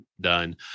done